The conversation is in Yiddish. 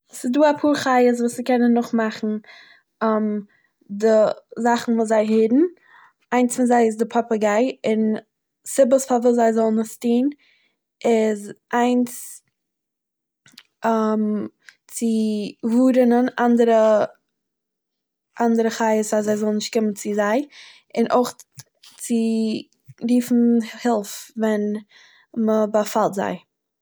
ס'דא אפאהר חיות וואס ס'קענען נאכמאכן די זאכן וואס זיי הערן, איינס פון זיי איז די פאפא גיי און סיבות פארוואס זיי זאלן עס טוהן איז איינס צו ווארנען אנדערע חיוות אז זיי זאלן נישט קומען צו זיי, און אויך צו רופן הילף ווען מ'באפאלט זיי.